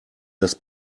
das